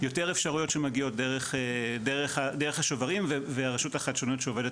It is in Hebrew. יותר אפשריות שמגיעות דרך השוברים ורשות החדשנות שעושה